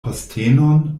postenon